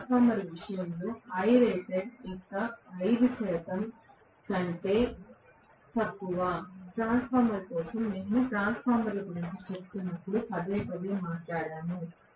transformer విషయంలో Irated యొక్క 5 శాతం కంటే తక్కువ ట్రాన్స్ఫార్మర్ కోసం మేము ట్రాన్స్ఫార్మర్ల గురించి చర్చిస్తున్నప్పుడు పదేపదే మాట్లాడాము